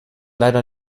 leider